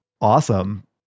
awesome